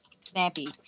Snappy